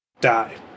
die